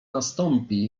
nastąpi